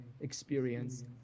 experience